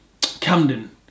Camden